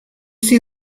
see